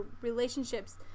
relationships